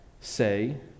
say